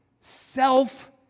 self